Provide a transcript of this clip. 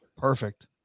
perfect